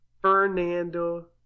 Fernando